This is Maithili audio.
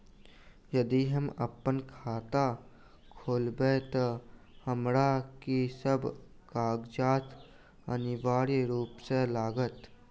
यदि हम अप्पन खाता खोलेबै तऽ हमरा की सब कागजात अनिवार्य रूप सँ लागत?